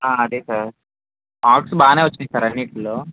అదే sir marks బాగానే వచ్చాయి సార్ అన్నింటిలో